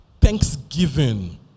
thanksgiving